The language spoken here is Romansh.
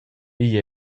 igl